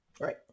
Right